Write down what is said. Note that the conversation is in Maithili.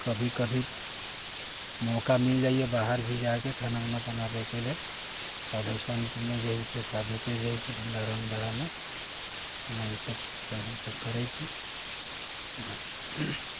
कभी कभी मौका मिल जाइए बाहर भी जाइके खाना उना बनाबयके लेल साधु सन्तमे जे हइ से साधुके जे हइ से भण्डारा उण्डारामे हइ ने ईसभ सभ हमसभ करैत छी हइ ने